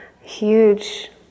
huge